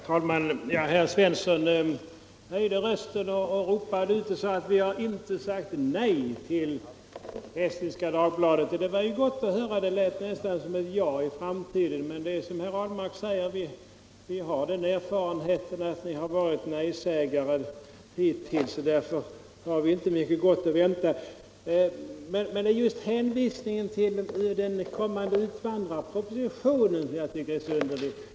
Herr talman! Herr Svensson i Eskilstuna höjde rösten och ropade: Vi har inte sagt nej till Estniska Dagbladet! Det var ju gott att höra — det lät nästan som ett ja i framtiden. Men det är som herr Ahlmark säger: Vi har den erfarenheten att ni varit nejsägare hittills, och därför anser vi oss inte ha mycket gott att vänta. Det är just hänvisningen till den kommande invandrarpropositionen som jag tycker är så underlig.